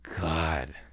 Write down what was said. God